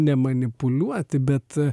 nemanipuliuoti bet